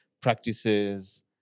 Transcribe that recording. practices